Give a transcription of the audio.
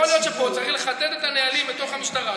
יכול היות שצריך לחדד את הנהלים בתוך המשטרה,